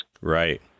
Right